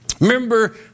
Remember